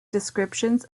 descriptions